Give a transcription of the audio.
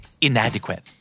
inadequate